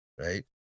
Right